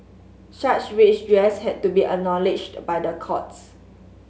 such redress had to be acknowledged by the courts